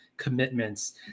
Commitments